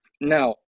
Now